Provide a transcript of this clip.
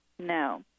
No